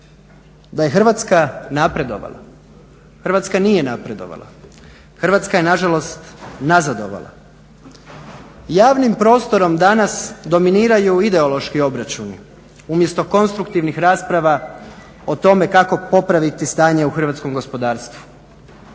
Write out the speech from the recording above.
Da je Hrvatska napredovala? Hrvatska nije napredovala, Hrvatska je nažalost nazadovala. Javnim prostorom danas dominiraju ideološki obračuni, umjesto konstruktivnih rasprava o tome kako popraviti stanje u hrvatskom gospodarstvu.